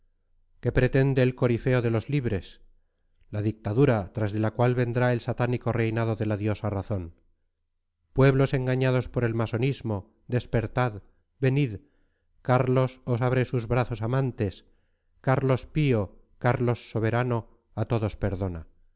qué pretende el corifeo de los libres la dictadura tras de la cual vendrá el satánico reinado de la diosa razón pueblos engañados por el masonismo despertad venid carlos os abre sus brazos amantes carlos pío carlos soberano a todos perdona